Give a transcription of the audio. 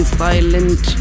silent